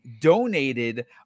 donated